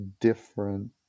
different